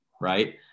right